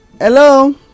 Hello